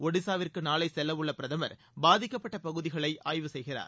ஒடிசாவிற்கு நாளை செல்ல உள்ள பிரதமர் பாதிக்கப்பட்ட பகுதிகளை ஆய்வு செய்கிறார்